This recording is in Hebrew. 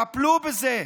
טפלו בזה,